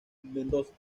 mendoza